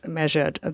measured